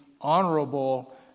honorable